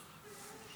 מאד".